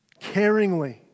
caringly